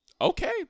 Okay